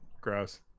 gross